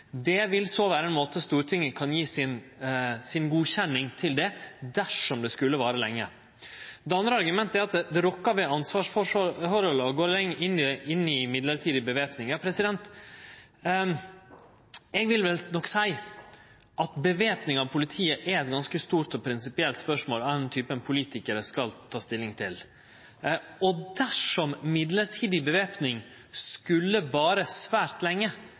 Det vil vere ein måte Stortinget kan godkjenne dette på, dersom det skulle vare lenge. Det andre argumentet er at det rokkar ved ansvarsforholda å gå lenge inn for mellombels væpning. Eg vil nok seie at væpning av politiet er eit ganske stort og prinsipielt spørsmål av den typen politikarar skal ta stilling til. Dersom mellombels væpning skulle vare svært lenge,